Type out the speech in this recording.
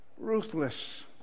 ruthless